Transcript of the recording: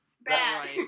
bad